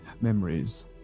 memories